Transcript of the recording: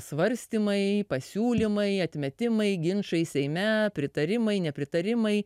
svarstymai pasiūlymai atmetimai ginčai seime pritarimai nepritarimai